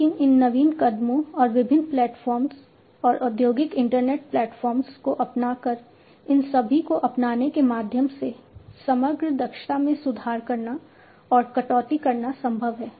लेकिन इन नवीन कदमों और विभिन्न प्लेटफॉर्मस को अपनाकर इन सभी को अपनाने के माध्यम से समग्र दक्षता में सुधार करना और कटौती करना संभव है